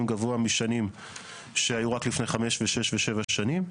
גבוה משנים שהיו רק לפני חמש ושש ושבע שנים.